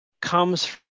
comes